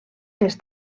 les